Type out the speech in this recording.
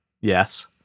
Yes